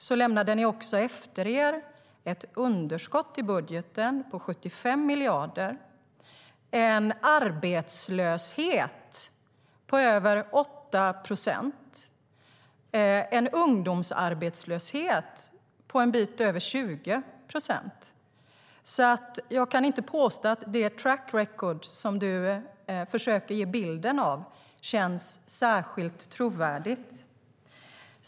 Ni lämnade också efter er ett underskott i budgeten på 75 miljarder, en arbetslöshet på över 8 procent och en ungdomsarbetslöshet på en bit över 20 procent. Därför kan jag inte påstå att det track record som du försöker ge bilden av känns särskilt trovärdigt.